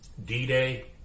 d-day